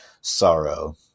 sorrow